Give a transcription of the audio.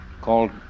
called